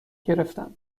گرفتم